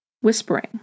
whispering